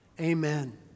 Amen